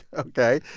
ok,